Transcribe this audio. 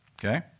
Okay